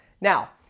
Now